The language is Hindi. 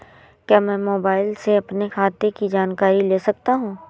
क्या मैं मोबाइल से अपने खाते की जानकारी ले सकता हूँ?